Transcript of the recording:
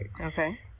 Okay